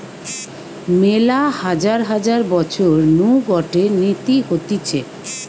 মেলা হাজার হাজার বছর নু গটে নীতি হতিছে